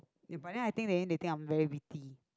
ya but then I think they think I am very witty